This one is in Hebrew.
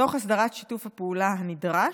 תוך הסדרת שיתוף הפעולה הנדרש,